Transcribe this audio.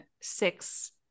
six